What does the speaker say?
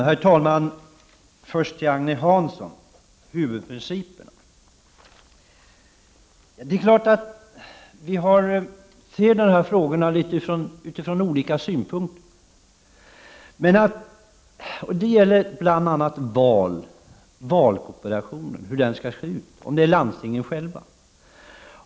Herr talman! Först några ord till Agne Hansson om huvudprinciperna. Vi ser de här frågorna från olika synpunkter. Det gäller bl.a. frågan om valkorporationen skall vara landstingen själva.